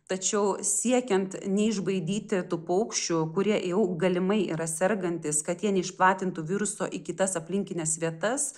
tačiau siekiant neišbaidyti tų paukščių kurie jau galimai yra sergantys kad jie neišplatintų viruso į kitas aplinkines vietas